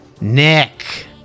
Nick